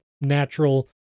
natural